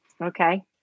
Okay